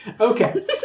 Okay